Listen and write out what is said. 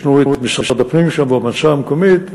ישנו משרד הפנים שם, והמועצה המקומית.